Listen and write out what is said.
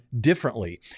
differently